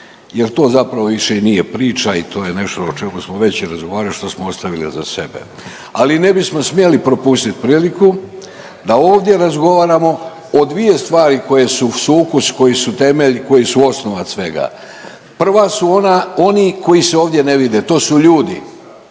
jer to zapravo više i nije priča i to je nešto o čemu smo već razgovarali, što smo ostavili za sebe. Ali ne bismo smjeli propustiti priliku da ovdje razgovaramo o dvije stvari koje su sukus, koji su temelj, koji su osnova svega. Prva su oni koji se ovdje ne vide to su ljudi,